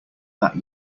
that